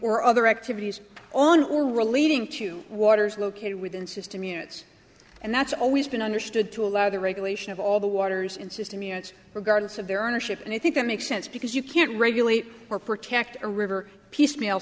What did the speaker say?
or other activities on or relating to waters located within system units and that's always been understood to allow the regulation of all the waters in system units regardless of their ownership and i think that makes sense because you can't regulate or protect a river piecemeal